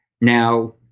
Now